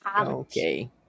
Okay